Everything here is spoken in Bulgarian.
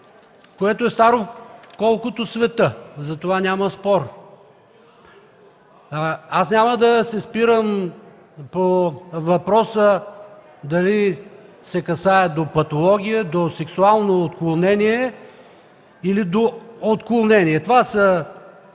което е старо колкото света, за това няма спор. Няма да се спирам по въпроса дали се касае до патология, до сексуално отклонение или до отклонение. Това са